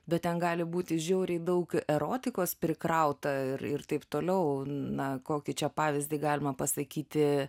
bet ten gali būti žiauriai daug erotikos prikrauta ir ir taip toliau na kokį čia pavyzdį galima pasakyti